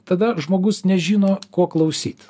tada žmogus nežino ko klausyt